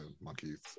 monkeys